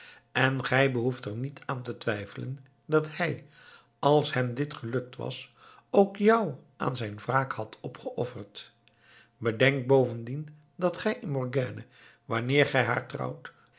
en gij behoeft er niet aan te twijfelen dat hij als hem dit gelukt was ook jou aan zijn wraak had opgeofferd bedenk bovendien dat gij in morgiane wanneer gij haar trouwt